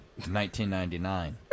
1999